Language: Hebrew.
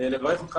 לברך אותך,